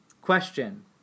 Question